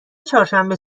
چهارشنبه